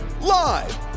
live